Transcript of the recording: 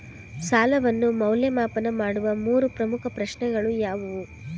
ಸಾಲವನ್ನು ಮೌಲ್ಯಮಾಪನ ಮಾಡುವ ಮೂರು ಪ್ರಮುಖ ಪ್ರಶ್ನೆಗಳು ಯಾವುವು?